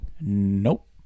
nope